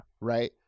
Right